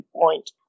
point